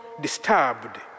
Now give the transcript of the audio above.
disturbed